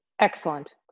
excellent